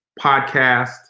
podcast